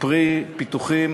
פרי פיתוחים